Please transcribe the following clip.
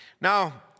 Now